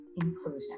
inclusion